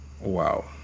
wow